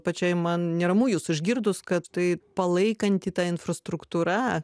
pačiai man neramu jus išgirdus kad tai palaikanti ta infrastruktūra